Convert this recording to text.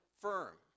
firm